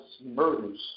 murders